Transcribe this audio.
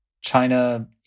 China